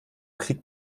krieg